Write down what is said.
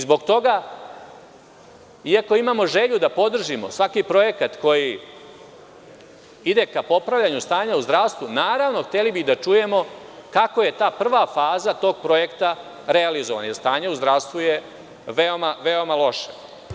Zbog toga, iako imamo želju da podržimo svaki projekat koji idem ka popravljanju stanja u zdravstvu, naravno, hteli bi da čujemo kako je ta prva faza tog projekta realizovana, jer je stanje u zdravstvu veoma loše.